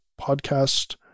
podcast